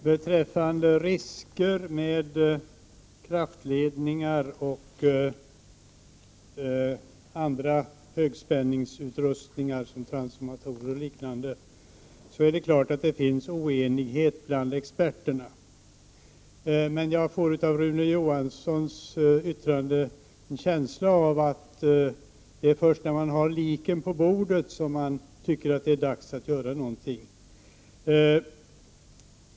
Fru talman! Det är klart att det finns oenighet bland experterna beträffande risker med kraftledningar och andra högspänningsutrustningar som transformatorer och liknande. Jag får av Rune Johanssons yttrande en känsla av att det är först när man har liken på bordet som man tycker att det är dags att göra någonting.